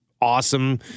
awesome